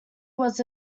was